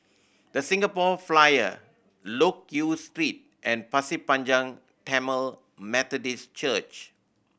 The Singapore Flyer Loke Yew Street and Pasir Panjang Tamil Methodist Church